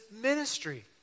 ministry